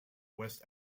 west